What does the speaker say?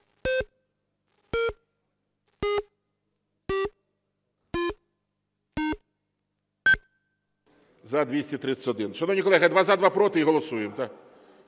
За-231 Шановні колеги, два – за, два – проти і голосуємо.